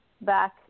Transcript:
back